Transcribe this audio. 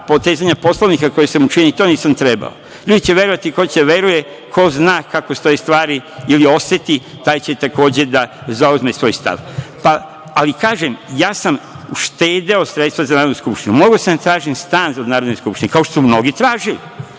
potezanja Poslovnika koja sam učinio, ni to nisam trebao. Ljudi će verovati, ko će da veruje, ko zna kako stoje stvari, ili oseti, taj će takođe da zauzme svoj stav. Kažem, ja sam uštedeo sredstva za Narodnu skupštinu, mogao sam da tražim stan od Narodne skupštine, kao što su mnogi tražili,